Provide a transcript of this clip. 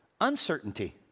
uncertainty